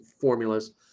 formulas